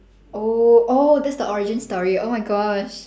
oh oh that's the origin story oh my gosh